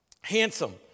Handsome